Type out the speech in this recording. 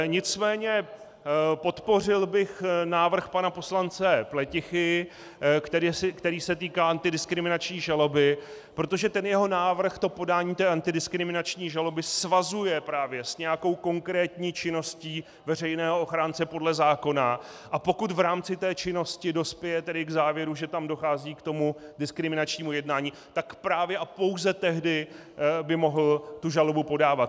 Nicméně podpořil bych návrh pana poslance Pletichy, který se týká antidiskriminační žaloby, protože jeho návrh to podání antidiskriminační žaloby svazuje právě s nějakou konkrétní činností veřejného ochránce podle zákona, a pokud v rámci té činnosti dospěje k závěru, že tam dochází k diskriminačnímu jednání, tak právě a pouze tehdy by mohl žalobu podávat.